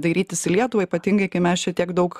dairytis į lietuvą ypatingai kai mes čia tiek daug